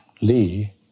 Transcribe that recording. Lee